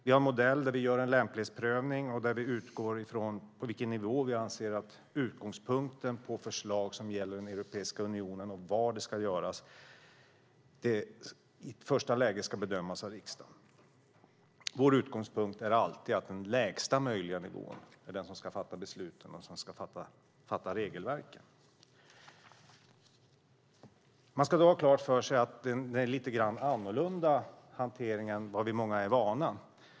Vi har en modell där vi gör en lämplighetsprövning och där vi utgår ifrån på vilken nivå vi anser att utgångspunkten på förslag som gäller Europeiska unionen och var det ska göras i första läget ska bedömas av riksdagen. Vår utgångspunkt är alltid att den lägsta möjliga nivån är den som ska fatta beslut om regelverket. Man ska ha klart för sig att det är en lite annorlunda hantering än vad många av oss är vana vid.